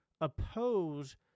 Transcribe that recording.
oppose